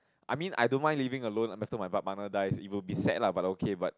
I mean I don't mind living alone after my partner dies it will be sad lah but okay but